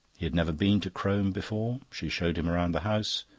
he had never been to crome before she showed him round the house.